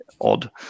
odd